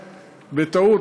בטעות,